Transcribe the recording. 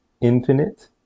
infinite